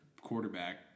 quarterback